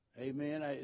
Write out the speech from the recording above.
Amen